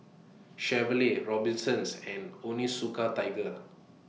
Chevrolet Robinsons and Onitsuka Tiger